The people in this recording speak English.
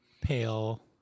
pale